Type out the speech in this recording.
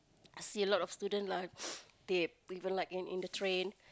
I see a lot of student lah they even like in in the train